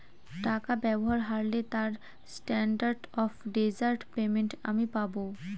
টাকা ব্যবহার হারলে তার স্ট্যান্ডার্ড অফ ডেজার্ট পেমেন্ট আমি পাব